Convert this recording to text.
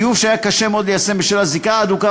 חיוב שהיה קשה מאוד ליישם בשל הזיקה ההדוקה